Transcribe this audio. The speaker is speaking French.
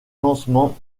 lancement